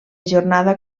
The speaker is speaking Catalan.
jornada